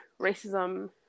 racism